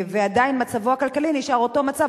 ועדיין מצבו הכלכלי נשאר אותו מצב,